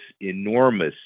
enormous